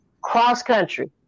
cross-country